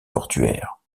portuaire